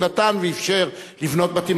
ונתן ואפשר לבנות בתים.